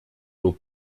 will